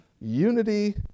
unity